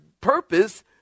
purpose